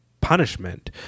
punishment